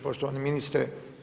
Poštovani ministre.